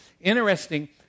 interesting